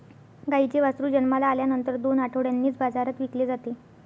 गाईचे वासरू जन्माला आल्यानंतर दोन आठवड्यांनीच बाजारात विकले जाते